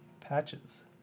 Patches